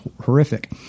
horrific